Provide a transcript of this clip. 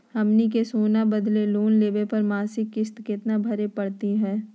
हमनी के सोना के बदले लोन लेवे पर मासिक किस्त केतना भरै परतही हे?